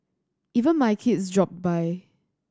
even my kids dropped by